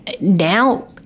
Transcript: Now